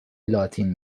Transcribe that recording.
لاتین